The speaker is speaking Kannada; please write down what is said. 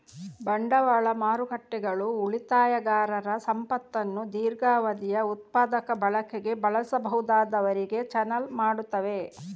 ಬಂಡವಾಳ ಮಾರುಕಟ್ಟೆಗಳು ಉಳಿತಾಯಗಾರರ ಸಂಪತ್ತನ್ನು ದೀರ್ಘಾವಧಿಯ ಉತ್ಪಾದಕ ಬಳಕೆಗೆ ಬಳಸಬಹುದಾದವರಿಗೆ ಚಾನಲ್ ಮಾಡುತ್ತವೆ